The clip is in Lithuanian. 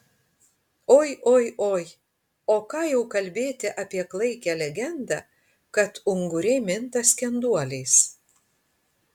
oi oi oi o ką jau kalbėti apie klaikią legendą kad unguriai minta skenduoliais